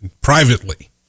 privately